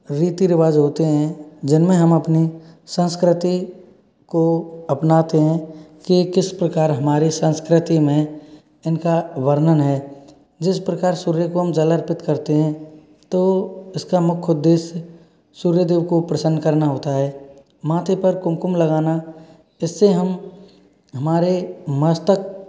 रीती रिवाज़ होते हैं जिनमें हम अपनी संस्कृति को अपनाते हैं कि ये किस प्रकार हमारी संस्कृति में इनका वर्णन है जिस प्रकार सूर्य को हम जल अर्पित करते हैं तो इसका मुख्य उद्देश्य सूर्य देव को प्रसन्न करना होता है माथे पर कुमकुम लगाना इससे हम हमारे मस्तक